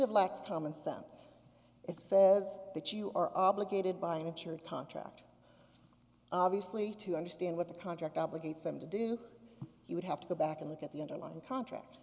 of lacks common sense it says that you are obligated by a church contract obviously to understand what the contract obligates them to do you would have to go back and look at the underlying contract